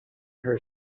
her